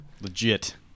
Legit